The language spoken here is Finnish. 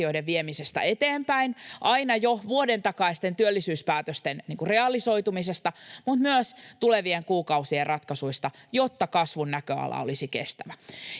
asioiden viemisestä eteenpäin aina jo vuoden takaisten työllisyyspäätösten realisoitumisesta tulevien kuukausien ratkaisuihin, jotta kasvun näköala olisi kestävä.